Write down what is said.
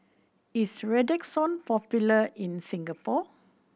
is Redoxon popular in Singapore